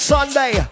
Sunday